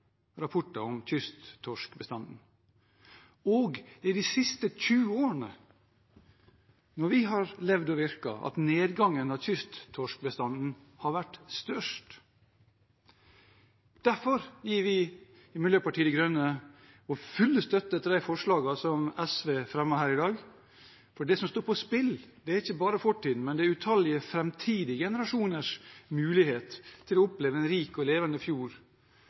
rapporter om kysttorskbestanden, og det er i de siste 20 årene, mens vi har levd og virket, at nedgangen av kysttorskbestanden har vært størst. Derfor gir vi i Miljøpartiet De Grønne vår fulle støtte til de forslagene som SV har fremmet her i dag. For det som står på spill, er ikke bare fortiden, men utallige framtidige generasjoners mulighet til å oppleve en rik og levende